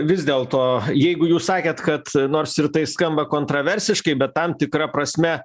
vis dėlto jeigu jūs sakėt kad nors ir tai skamba kontroversiškai bet tam tikra prasme